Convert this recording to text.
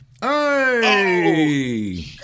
hey